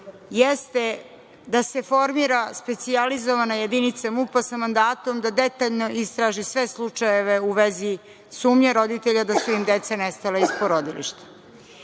jeste da se formira specijalizovana jedinica MUP-a sa mandatom da detaljno istraži sve slučajeve u vezi sumnje roditelja da su im deca nestala iz porodilišta. Mi